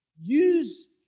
use